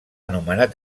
nomenat